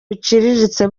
biciriritse